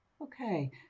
Okay